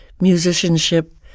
musicianship